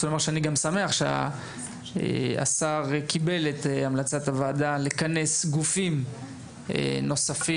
אני שמח שהשר קיבל את המלצת הוועדה לכנס גופים נוספים,